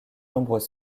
nombreux